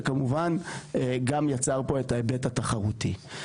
וכמובן גם יצר פה את ההיבט התחרותי.